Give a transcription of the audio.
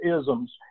isms